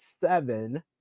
seven